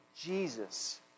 Jesus